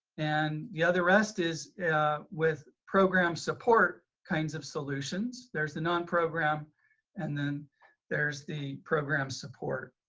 and the other rest is with programs support kinds of solutions. there's the non-program. and then there's the program support.